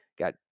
got